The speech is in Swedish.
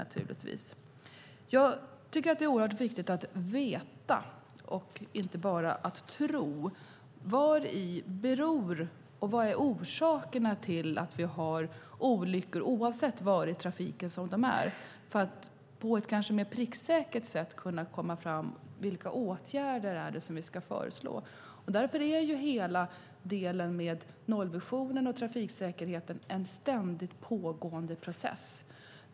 Det är oerhört viktigt att veta och inte bara att tro. Vad beror det på, och vad är orsakerna till, att vi har olyckor oavsett var i trafiken de är? Det behöver vi veta för att på kanske ett mer pricksäkert sätt komma fram till vilka åtgärder som vi ska föreslå. Därför är hela delen med nollvisionen och trafiksäkerheten en ständigt pågående process.